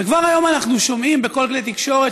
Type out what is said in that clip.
וכבר היום אנחנו שומעים בכל כלי תקשורת